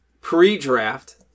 pre-draft